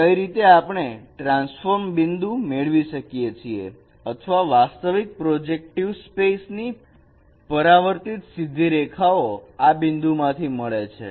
કઈ રીતે આપણે ટ્રાન્સફોર્મડ બિંદુ મેળવી શકીએ છીએ અથવા વાસ્તવિક પ્રોજેક્ટિવ સ્પેસ ની પરાવર્તિત સીધી રેખાઓ આ બિંદુમાંથી મળે છે